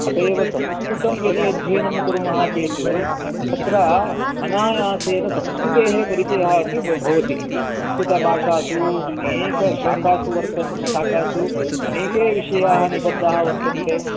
अतः एव संस्कृतं यदि अध्ययनं कुर्मः चेत तत्र अनायासेन संस्कृतेः परिचयः अपि भवति संस्कृतभाषासु अनेकशाखासु वर्तन्ते शाखासु अनेके विषयाः निबद्धाः वर्तन्ते